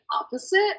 opposite